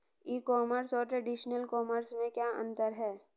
ई commerce और traditional commerce में क्या अंतर है?